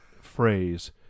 phrase